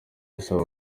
asaba